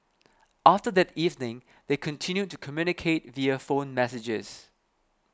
after that evening they continued to communicate via phone messages